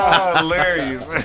Hilarious